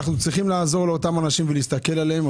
אנחנו צריכים לעזור לאותם אנשים ולהסתכל עליהם.